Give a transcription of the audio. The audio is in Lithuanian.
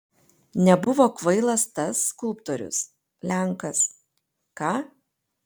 nebuvo kvailas tas skulptorius lenkas ką